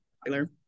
popular